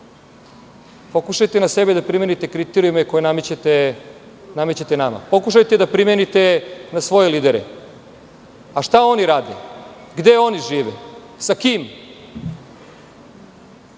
Pokušajte na sebe da primenite kriterijume koje namećete nama. Pokušajte da primenite na svoje lidere. Šta oni rade? Gde oni žive? Sa kim